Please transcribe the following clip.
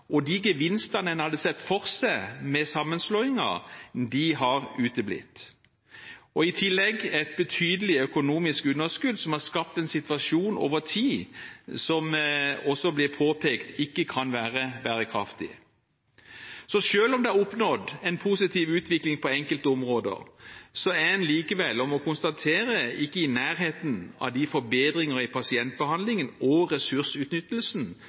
og de gevinstene en hadde sett for seg med sammenslåingen, har uteblitt. I tillegg er det et betydelig økonomisk underskudd som har skapt en situasjon over tid som også blir påpekt ikke kan være bærekraftig. Så selv om det er oppnådd en positiv utvikling på enkelte områder, er en likevel – det må en konstatere – ikke i nærheten av de forbedringer i pasientbehandlingen og ressursutnyttelsen